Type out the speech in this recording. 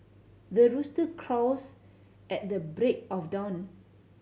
the rooster crows at the break of dawn